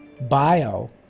bio